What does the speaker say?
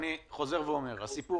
אני חוזר ואומר הסיפור